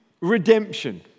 Redemption